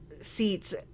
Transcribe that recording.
seats